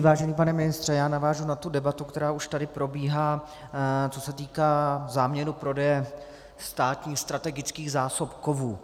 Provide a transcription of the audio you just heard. Vážený pane ministře, já navážu na tu debatu, která už tady probíhá, co se týká záměru prodeje státních strategických zásob kovů.